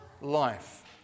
life